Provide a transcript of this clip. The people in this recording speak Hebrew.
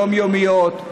יומיומיות,